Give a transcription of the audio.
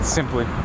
simply